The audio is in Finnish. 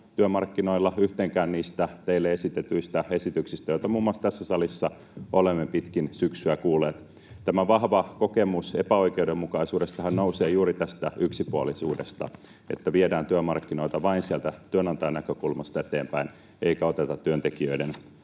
työmarkkinoilla, yhteenkään niistä teille esitetyistä esityksistä, joita muun muassa tässä salissa olemme pitkin syksyä kuulleet? Tämä vahva kokemus epäoikeudenmukaisuudestahan nousee juuri tästä yksipuolisuudesta, että viedään työmarkkinoita vain sieltä työnantajan näkökulmasta eteenpäin eikä oteta työntekijöiden